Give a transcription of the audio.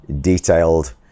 detailed